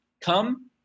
come